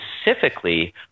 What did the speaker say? specifically